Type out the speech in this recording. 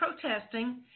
protesting